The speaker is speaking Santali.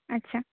ᱟᱪᱪᱷᱟ